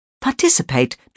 Participate